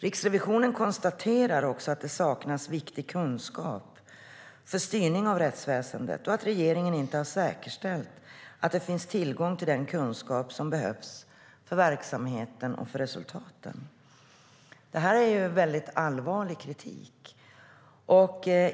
Riksrevisionen konstaterar också att det saknas viktig kunskap för styrning av rättsväsendet och att regeringen inte har säkerställt att det finns tillgång till den kunskap som behövs för verksamheten och resultaten. Det här är allvarlig kritik.